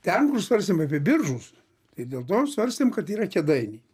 ten kur svarstėm apie biržus tai dėl to svarstėm kad yra kėdainiai